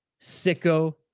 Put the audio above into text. sicko